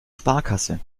sparkasse